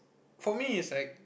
for me it's like